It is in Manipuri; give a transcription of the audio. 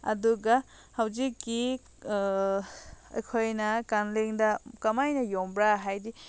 ꯑꯗꯨꯒ ꯍꯧꯖꯤꯛꯀꯤ ꯑꯩꯈꯣꯏꯅ ꯀꯥꯂꯦꯟꯗ ꯀꯃꯥꯏꯅ ꯌꯣꯟꯕ꯭ꯔ ꯍꯥꯏꯗꯤ